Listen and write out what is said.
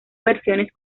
versiones